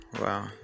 wow